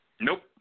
Nope